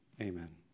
Amen